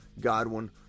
Godwin